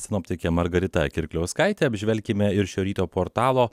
sinoptikė margarita kirkliauskaitė apžvelkime ir šio ryto portalo